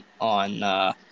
on, –